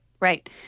Right